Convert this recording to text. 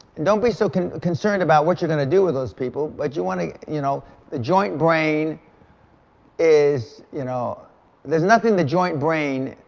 don't be so concerned about what you're going to do with those people, but you want to you know the joint brain is you know there's nothing the joint brain,